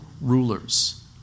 rulers